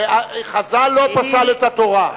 חז"ל לא פסל את התורה.